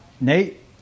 Nate